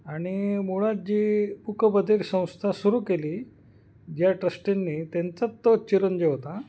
आणि मुळात जी मूकबधिर संस्था सुरू केली ज्या ट्रस्टींनी त्यांचाच तो चिरंजीव होता